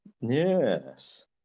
Yes